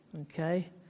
Okay